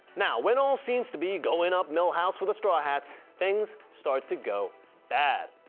now when all seems to be going up milhouse for the straw hats things start to go bad,